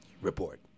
report